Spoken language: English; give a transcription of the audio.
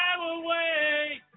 Away